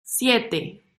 siete